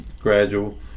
gradual